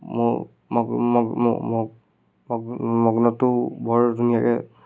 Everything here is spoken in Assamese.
মোৰ মগ্নটো বৰ ধুনীয়াকৈ